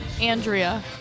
Andrea